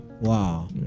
Wow